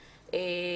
יותר.